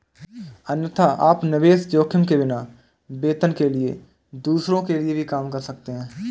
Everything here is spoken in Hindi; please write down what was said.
अन्यथा, आप निवेश जोखिम के बिना, वेतन के लिए दूसरों के लिए भी काम कर सकते हैं